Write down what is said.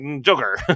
joker